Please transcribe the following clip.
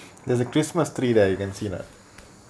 there's a christmas tree that you can see that